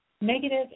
negative